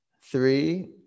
three